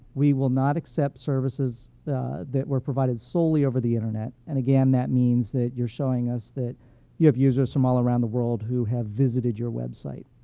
we will not except services that were provided solely over the internet. and again, that means that you're showing us that you have users from all around the world who have visited your website.